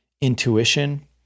intuition